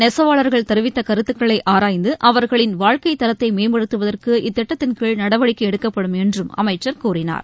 நெசவாளர்கள் தெரிவித்தகருத்துக்களைஆராய்ந்து அவர்களின் வாழ்க்கைத் தரத்தைமேம்படுத்துவதற்கு இத்திட்டத்தின்கீழ் நடவடிக்கைஎடுக்கப்படும் என்றும் அமைச்சர் கூறினார்